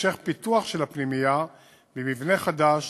והמשך פיתוח של הפנימייה במבנה חדש